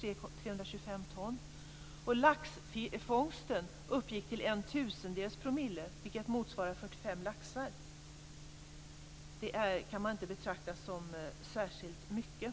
Det kan man inte betrakta som särskilt mycket.